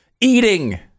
eating